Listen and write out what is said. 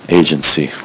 agency